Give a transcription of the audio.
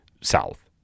South